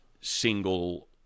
single